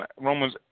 Romans